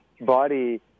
body